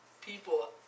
people